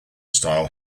style